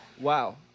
Wow